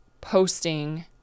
posting